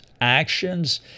actions